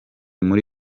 muri